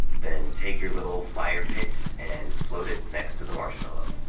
then take your little fire pit and float it next to the marshmallow.